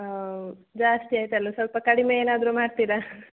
ಜಾಸ್ತಿ ಆಯಿತಲ್ಲ ಸ್ವಲ್ಪ ಕಡಿಮೆ ಏನಾದರೂ ಮಾಡ್ತೀರಾ